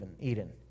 Eden